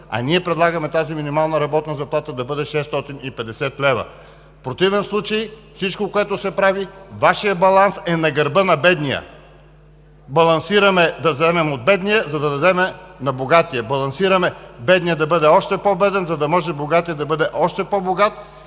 а ние предлагаме тази минимална работна заплата да бъде 650 лв. В противен случай с всичко, което се прави, Вашият баланс е на гърба на бедния. Балансираме да вземем от бедния, за да дадем на богатия, балансираме бедният да бъде още по-беден, за да може богатият да бъде още по-богат